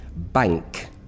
Bank